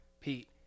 Pete